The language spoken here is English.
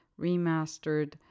remastered